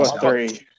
three